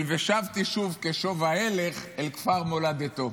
של "ושבתי שוב כשוב ההלך / אל כפר מולדתו".